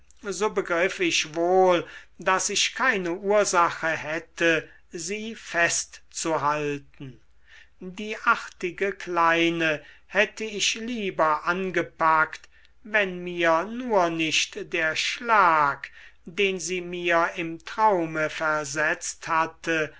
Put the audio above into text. so begriff ich wohl daß ich keine ursache hätte sie festzuhalten die artige kleine hätte ich lieber angepackt wenn mir nur nicht der schlag den sie mir im traume versetzt hatte